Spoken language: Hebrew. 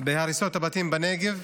בהריסות הבתים בנגב,